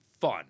fun